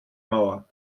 mauer